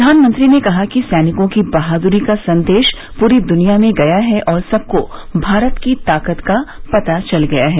प्रधानमंत्री ने कहा कि सैनिकों की बहादुरी का संदेश पूरी दुनिया में गया है और सबको भारत की ताकत का पता चल गया है